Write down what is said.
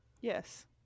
yes